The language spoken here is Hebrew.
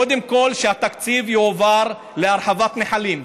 קודם כול שהתקציב יועבר להרחבת נחלים.